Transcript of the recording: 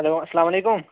hello السلامُ علیکُم